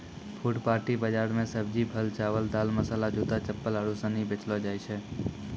फुटपाटी बाजार मे सब्जी, फल, चावल, दाल, मसाला, जूता, चप्पल आरु सनी बेचलो जाय छै